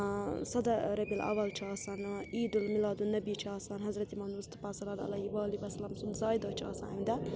سداہ رَبِیع لاوَل چھِ آسان عیٖدُالمیٖلادُ النبی چھُ آسان حضرت مُعمد مصطفیٰ صلی اللہ علیہِ والہِ وَسلَم سُنٛد زایہِ دۄہ چھُ آسان اَمہِ دۄہ